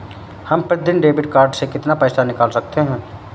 हम प्रतिदिन debit card से कितना पैसा निकाल सकते हैं?